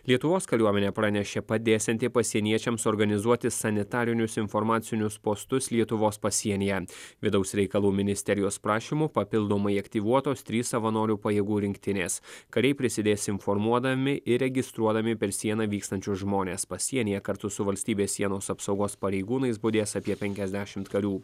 lietuvos kariuomenė pranešė padėsianti pasieniečiams organizuoti sanitarinius informacinius postus lietuvos pasienyje vidaus reikalų ministerijos prašymu papildomai aktyvuotos trys savanorių pajėgų rinktinės kariai prisidės informuodami įregistruodami per sieną vykstančius žmones pasienyje kartu su valstybės sienos apsaugos pareigūnais budės apie penkiasdešimt karių